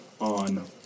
on